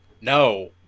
No